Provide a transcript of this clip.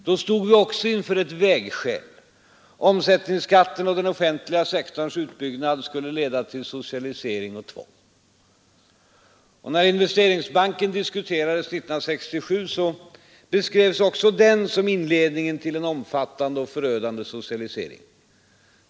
Då stod vi också inför ett vägskäl: omsättningsskatten och den offentliga sektorns utbyggnad skulle leda till socialisering och tvång. När Investeringsbanken diskuterades 1967 beskrevs också den som inledningen till en omfattande och förödande socialisering.